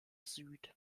süd